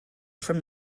from